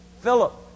Philip